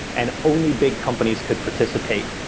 and only big companies could participate.